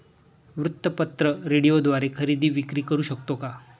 वृत्तपत्र, रेडिओद्वारे खरेदी विक्री करु शकतो का?